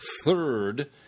third